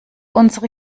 unsere